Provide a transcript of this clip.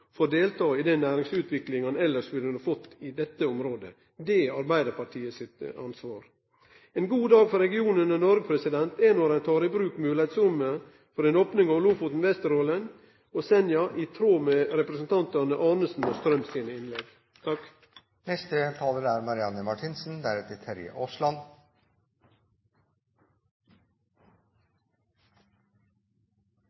delta i den næringsutviklinga ein elles kunne fått i dette området. Det er Arbeidarpartiets ansvar. Ein god dag for regionane i nord er når ein tek i bruk moglegheitsrommet for ei opning av Lofoten, Vesterålen og Senja i tråd med representantane Arnesens og Strøms innlegg.